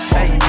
Hey